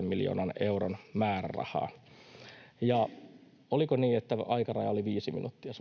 3,9 miljoonan euron määrärahaa. — Oliko niin, että suositeltu aikaraja oli viisi minuuttia?